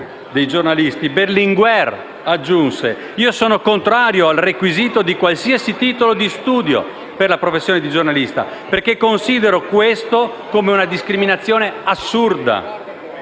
dei giornalisti, Berlinguer aggiunse: «Io sono contrario al requisito di qualsiasi titolo di studio per la professione di giornalista, perché considero questo come una discriminazione assurda,